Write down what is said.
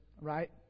right